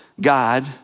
God